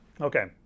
Okay